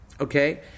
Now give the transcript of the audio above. Okay